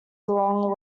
along